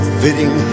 fitting